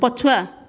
ପଛୁଆ